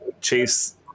chase